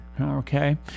okay